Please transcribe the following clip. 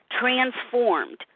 transformed